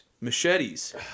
machetes